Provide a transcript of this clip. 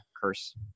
curse